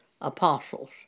apostles